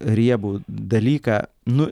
riebų dalyką nu